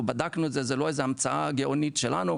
אנחנו בדקנו את זה, זו לא איזו המצאה גאונית שלנו.